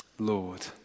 Lord